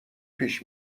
پیش